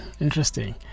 Interesting